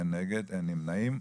אין נגד, אין נמנעים.